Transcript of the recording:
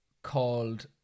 Called